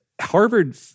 Harvard